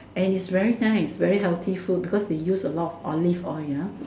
and is very nice very healthy food because they use a lot of Olive oil ah